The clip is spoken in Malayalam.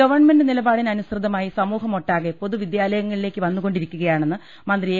ഗവൺമെന്റ് നിലപാടിന് അനുസൃതമായി സമൂഹമൊ ട്ടാകെ പൊതു വിദ്യാലയങ്ങളിലേക്ക് വന്നുകൊണ്ടിരിക്കുക യാണെന്ന് മന്ത്രി എ